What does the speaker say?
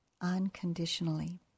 unconditionally